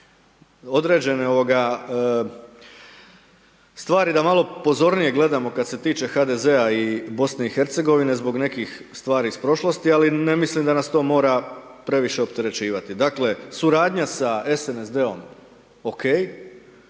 određene stvari da malo pozornije gledamo kad se tiče HDZ-a i BiH zbog nekih stvari iz prošlosti, ali ne mislim da nas to mora previše opterećivati. Dakle, suradnja sa SNSD-om okej,